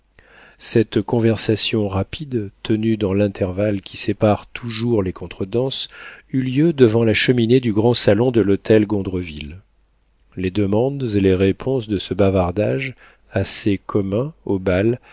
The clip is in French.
cette conversation rapide tenue dans l'intervalle qui sépare toujours les contredanses eut lieu devant la cheminée du grand salon de l'hôtel gondreville les demandes et les réponses de ce bavardage assez commun au bal